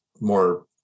more